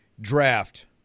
draft